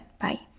Bye